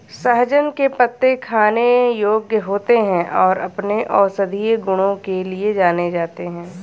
सहजन के पत्ते खाने योग्य होते हैं और अपने औषधीय गुणों के लिए जाने जाते हैं